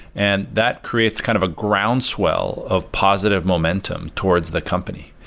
and that creates kind of a groundswell of positive momentum towards the company.